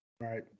right